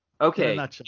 Okay